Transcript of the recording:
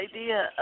idea